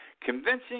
convincing